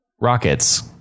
rockets